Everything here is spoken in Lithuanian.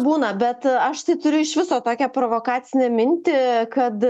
būna bet aš tai turiu iš viso tokią provokacinę mintį kad